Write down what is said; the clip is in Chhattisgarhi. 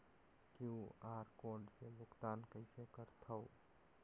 क्यू.आर कोड से भुगतान कइसे करथव?